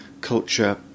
culture